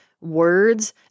words